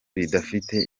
bidafite